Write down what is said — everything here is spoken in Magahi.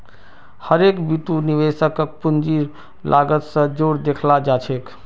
हर एक बितु निवेशकक पूंजीर लागत स जोर देखाला जा छेक